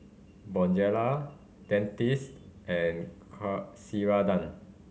Bonjela Dentiste and Ceradan